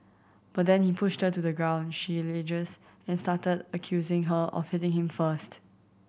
but then he pushed her to the ground she alleges and started accusing her of hitting him first